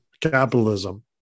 capitalism